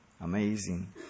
Amazing